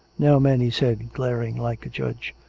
now, men, he said, glaring like a judge,